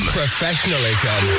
professionalism